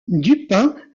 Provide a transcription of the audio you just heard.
dupin